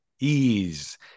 ease